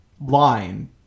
line